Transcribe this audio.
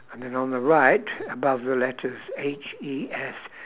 and then on the right above the letters H E S